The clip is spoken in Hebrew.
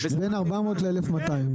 בין 400 ל-1,200.